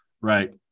Right